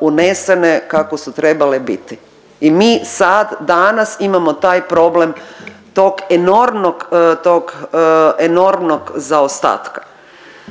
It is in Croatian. unesene kako su trebale biti. I mi sad danas imamo taj problem tog enormnog, tog